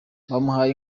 bamuhaye